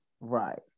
right